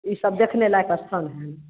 ई सब देखने लायक स्थान है